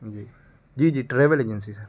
جی جی جی travel agency سر